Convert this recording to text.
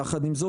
יחד עם זאת,